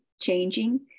changing